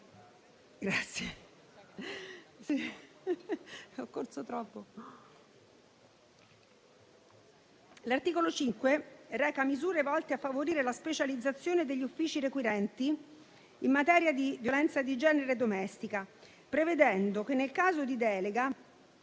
L'articolo 5 reca misure volte a favorire la specializzazione degli uffici requirenti in materia di violenza di genere e domestica, prevedendo che nel caso di delega